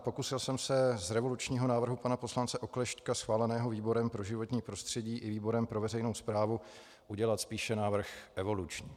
Pokusil jsem se z revolučního návrhu pana poslance Oklešťka schváleného výborem pro životní prostředí i výborem pro veřejnou správu udělat spíše návrh evoluční.